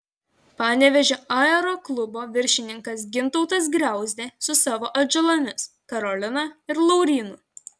panevėžio aeroklubo viršininkas gintautas griauzdė su savo atžalomis karolina ir laurynu